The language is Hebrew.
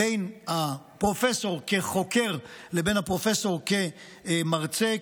בין הפרופסור כחוקר לבין הפרופסור כמרצה,